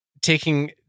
taking